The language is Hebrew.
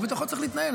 ובתוכו צריך להתנהל.